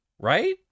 right